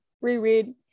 reread